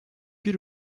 bir